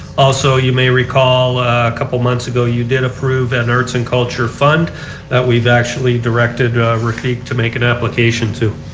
also you may recall a couple of months ago you did approve an earths and culture fund that we've actually directed repeat to make an application to.